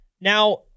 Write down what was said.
Now